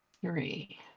three